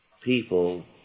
people